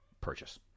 purchase